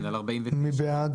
מי בעד